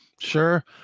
Sure